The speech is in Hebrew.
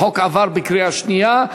החוק עבר בקריאה שנייה.